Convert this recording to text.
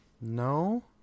no